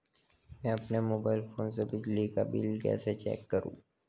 मैं अपने mobile phone से बिजली का बिल कैसे चेक करूं?